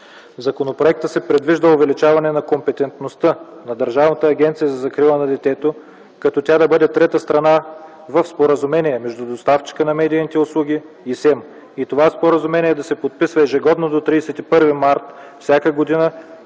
законопроекта се предвижда увеличаване на компетентността на Държавната агенция за закрила на детето, като тя да бъде трета страна в споразумение между доставчика на медийните услуги и СЕМ и това споразумение да се подписва ежегодно до 31 март всяка година,